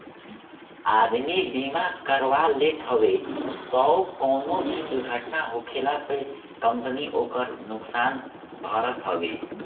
आदमी बीमा करवा लेत हवे तअ कवनो भी दुर्घटना होखला पे कंपनी ओकर नुकसान भरत हवे